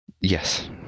Yes